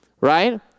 right